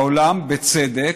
העולם, בצדק,